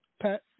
Pat